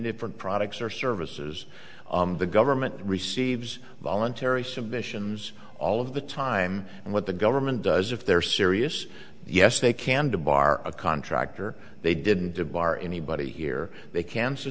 different products or services the government receives voluntary submissions all of the time and what the government does if they're serious yes they can debar a contract or they didn't de bar anybody here they can